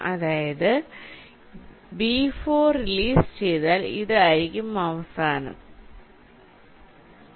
അതായത് B4 release ചെയ്താൽ ഇതായിരിക്കും അവസാന സ്ഥാനം